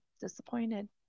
disappointed